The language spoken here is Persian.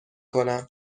کنم